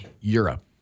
Europe